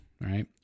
right